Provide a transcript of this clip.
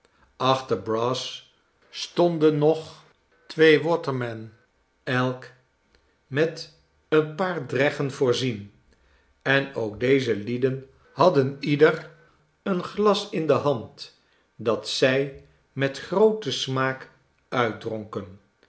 achter brass stonden nog twee watermen elk met een paar dreggen voorzien en ook deze lieden hadden ieder een glas in de hand dat zij met grooten smaak uitdronken